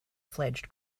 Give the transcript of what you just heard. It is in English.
fledged